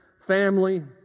family